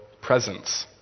presence